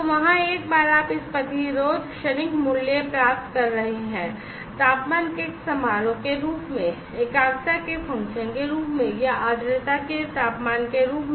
तो वहाँ एक बार आप इस प्रतिरोध क्षणिक मूल्य प्राप्त कर रहे हैं तापमान के एक समारोह के रूप में एकाग्रता के एक फंक्शन के रूप में या आर्द्रता के तापमान के रूप में